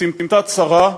בסמטה צרה,